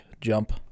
jump